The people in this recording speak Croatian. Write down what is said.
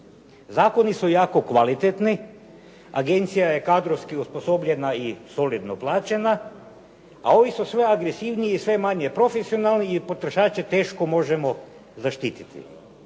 Zakoni su jako kvalitetni, agencija je kadrovski osposobljenja i solidno plaćena, a ovi su sve agresivniji i sve manje profesionalni jer potrošače teško možemo zaštiti.